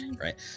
right